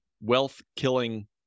wealth-killing